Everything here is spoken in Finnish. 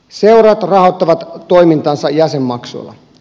seurat rahoittavat toimintansa jäsenmaksuilla